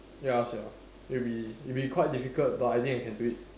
ya sia it'll be it'll be quite difficult but I think I can do it